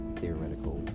theoretical